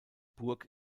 burg